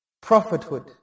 prophethood